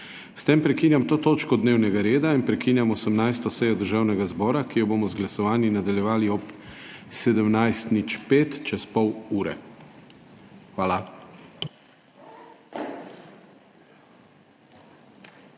S tem prekinjam to točko dnevnega reda in prekinjam 18. sejo Državnega zbora, ki jo bomo z glasovanji nadaljevali ob 17.05, čez pol ure. Hvala.